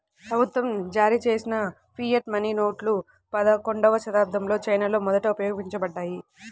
ప్రభుత్వం జారీచేసిన fiat money నోట్లు పదకొండవ శతాబ్దంలో చైనాలో మొదట ఉపయోగించబడ్డాయి